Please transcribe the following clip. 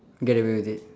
get away with it